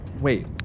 Wait